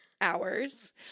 hours